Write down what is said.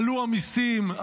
עלו המיסים,